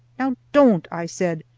now don't, i said,